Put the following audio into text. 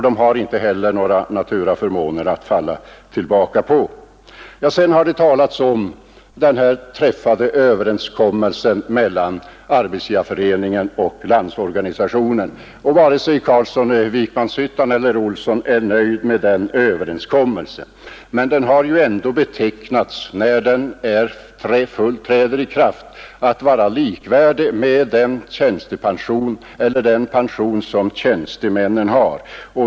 De har heller inte några naturaförmåner att falla tillbaka på. Det har talats om den pensionsöverenskommelse som träffats mellan Arbetsgivareföreningen och Landsorganisationen. Varken herr Carlsson i Vikmanshyttan eller herr Olsson i Stockholm är nöjda med den överenskommelsen, men den har ju ändå — när den kommer att träda i full kraft — ansetts ge en pension som är likvärdig med den tjänstemännen har.